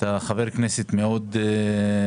אתה חבר כנסת מאוד מוכשר,